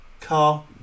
car